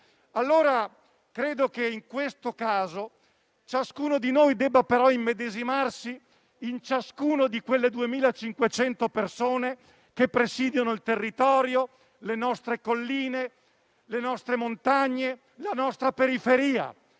Credo che in questo caso ciascuno di noi debba immedesimarsi, però, in ognuna di quelle 2.500 persone che presidiano il territorio, le nostre colline, le nostre montagne e la nostra periferia;